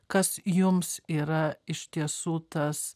kas jums yra iš tiesų tas